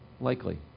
Likely